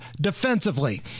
defensively